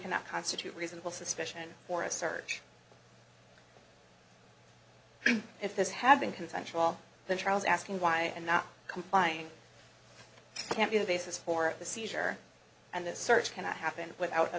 cannot constitute reasonable suspicion or a search if this had been consensual then charles asking why and not complying can be the basis for the seizure and the search cannot happen without a